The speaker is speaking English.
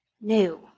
new